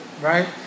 right